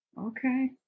Okay